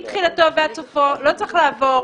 מתחילתו ועד סופו, לא צריך לעבור.